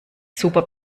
super